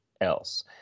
else